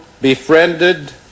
befriended